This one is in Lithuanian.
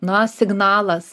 na signalas